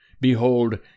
behold